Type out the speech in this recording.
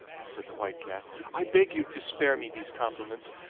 said the white cat, i beg you to spare me these compliments,